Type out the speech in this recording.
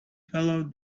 follow